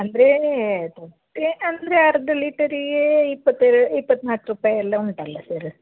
ಅಂದರೆ ತೊಟ್ಟೆ ಅಂದರೆ ಅರ್ಧ ಲೀಟರಿಗೆ ಇಪ್ಪತ್ತೆರಡು ಇಪ್ಪತ್ನಾಲ್ಕು ರೂಪಾಯಿ ಎಲ್ಲ ಉಂಟಲ್ಲ ಸರ್